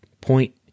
point